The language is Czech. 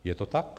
Je to tak?